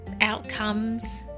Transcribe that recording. outcomes